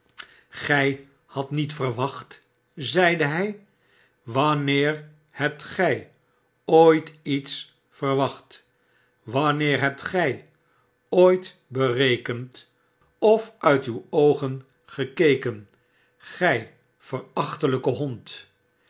gij hadt niet verwacht zeide hij wanneer hebt gij ooit iets verwacht wanneer hebt gij ooit berekend of uit uw oogen gekeken gij verachtelijke hond